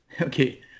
Okay